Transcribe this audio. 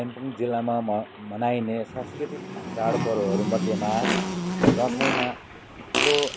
कालिम्पोङ जिल्लामा म मनाइने सांस्कृतिक चाड पर्वहरूमध्येमा दसैँमा ठुलो